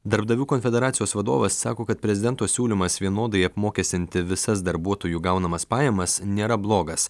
darbdavių konfederacijos vadovas sako kad prezidento siūlymas vienodai apmokestinti visas darbuotojų gaunamas pajamas nėra blogas